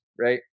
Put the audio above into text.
right